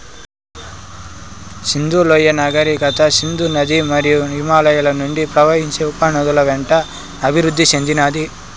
సింధు లోయ నాగరికత సింధు నది మరియు హిమాలయాల నుండి ప్రవహించే ఉపనదుల వెంట అభివృద్ది చెందినాది